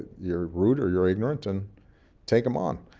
you're rude or you're ignorant and take them on.